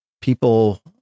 people